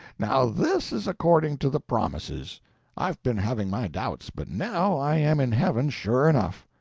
now this is according to the promises i've been having my doubts, but now i am in heaven, sure enough.